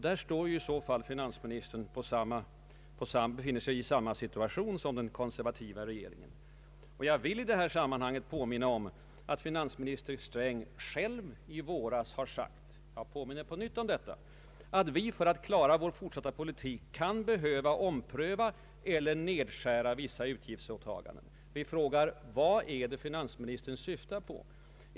Där står i så fall finansministern i samma situation som den konservativa regeringen. Jag vill i detta sammanhang på nytt påminna om att finansminister Sträng själv i våras sade att vi för att klara vår fortsatta politik kan behöva ompröva eller skära ned vissa utgiftsåtaganden. Vad är det finansministern Allmänpolitisk debatt syftar på?